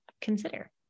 consider